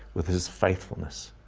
with his faithfulness.